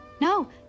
No